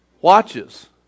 watches